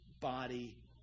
body